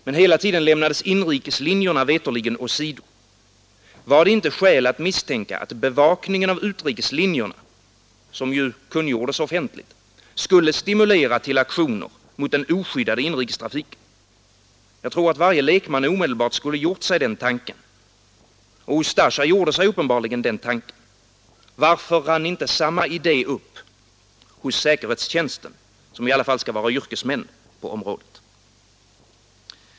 Men hela tiden lämnades inrikeslinjerna veterligen åsido. Var det inte skäl att misstänka att bevakningen av utrikeslinjerna, som ju kungjordes offentligt, skulle stimulera till aktioner mot den oskyddade inrikestrafiken? Jag tror att varje lekman omedelbart skulle gjort sig den tanken. Och Ustasja gjorde sig uppenbarligen den tanken. Varför rann inte samma idé upp hos säkerhetstjänsten, som ju i alla fall skall vara yrkesmän på området?